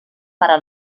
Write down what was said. para